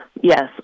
Yes